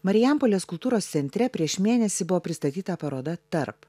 marijampolės kultūros centre prieš mėnesį buvo pristatyta paroda tarp